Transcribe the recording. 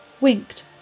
winked